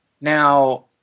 Now